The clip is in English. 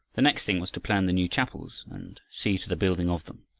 the next thing was to plan the new chapels and see to the building of them.